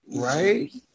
Right